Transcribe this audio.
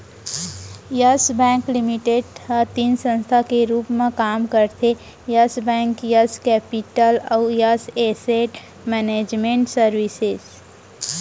yes Bank Limited ह तीन संस्था के रूप म काम करथे यस बेंक, यस केपिटल अउ यस एसेट मैनेजमेंट सरविसेज